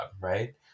Right